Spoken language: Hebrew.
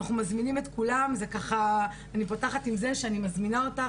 אנחנו מזמינים את כולם ואני ככה פותחת עם זה שאני מזמינה אותך